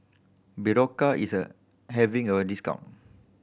Berocca is a having a discount